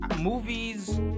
movies